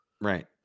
Right